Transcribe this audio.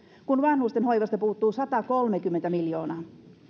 kun vanhustenhoivasta puuttuu satakolmekymmentä miljoonaa